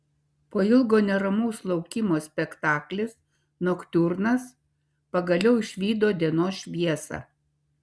po ilgo neramaus laukimo spektaklis noktiurnas pagaliau išvydo dienos šviesą